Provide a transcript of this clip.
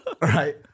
right